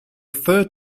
third